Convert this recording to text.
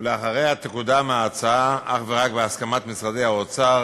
ולאחריה תקודם ההצעה אך ורק בהסכמת משרדי האוצר,